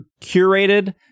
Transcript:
curated